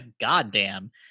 goddamn